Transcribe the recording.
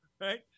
right